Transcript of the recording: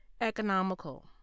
Economical